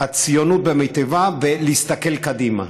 הציוניות במיטבה, להסתכל קדימה.